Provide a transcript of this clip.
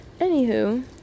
Anywho